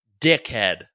Dickhead